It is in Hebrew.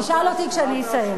תשאל אותי כשאני אסיים.